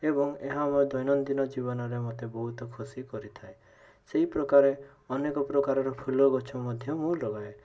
ଏବଂ ଏହା ମୋ ଦୈନନ୍ଦିନ ଜୀବନରେ ମୋତେ ବହୁତ ଖୁସି କରିଥାଏ ସେହିପ୍ରକାରେ ଅନେକ ପ୍ରକାରର ଫୁଲ ଗଛ ମଧ୍ୟ ମୁଁ ଲଗାଏ